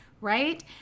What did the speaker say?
right